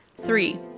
Three